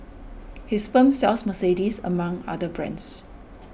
his firm sells Mercedes among other brands